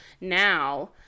now